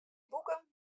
boeken